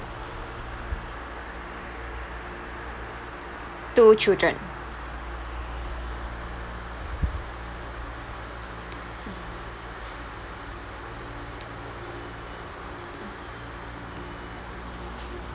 two children